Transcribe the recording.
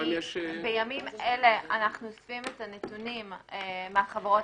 בימים אלה אנחנו אוספים את הנתונים מהחברות